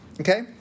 okay